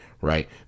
right